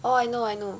oh I know I know